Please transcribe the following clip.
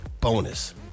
bonus